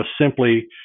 simply